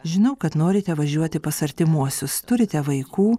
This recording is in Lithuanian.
žinau kad norite važiuoti pas artimuosius turite vaikų